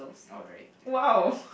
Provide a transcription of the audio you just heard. alright